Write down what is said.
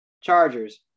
Chargers